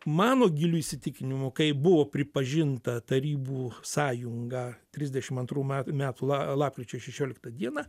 mano giliu įsitikinimu kai buvo pripažinta tarybų sąjunga trisdešim antrų m metų la lapkričio šešioliktą dieną